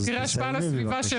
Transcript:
אז תסיימי בבקשה.